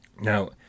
Now